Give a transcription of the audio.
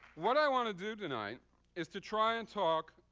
what i want to do tonight is to try and talk